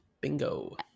Bingo